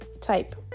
type